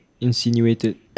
Insinuated